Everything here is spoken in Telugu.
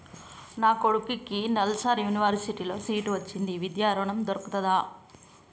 నా కొడుకుకి నల్సార్ యూనివర్సిటీ ల సీట్ వచ్చింది విద్య ఋణం దొర్కుతదా?